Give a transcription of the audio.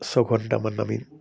ছয়ঘণ্টামান আমি